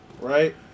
right